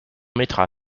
mettra